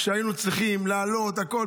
כשהיינו צריכים להעלות הכול,